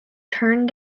turned